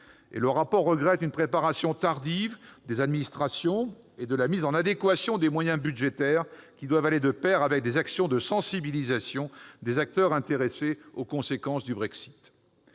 du rapport regrettent une préparation tardive « des administrations et de la mise en adéquation des moyens budgétaires [qui] doivent aller de pair avec des actions de sensibilisation des acteurs intéressés aux conséquences du Brexit